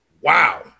wow